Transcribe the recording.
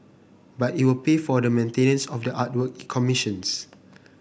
but it will pay for the maintenance of the artwork it commissions